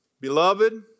Beloved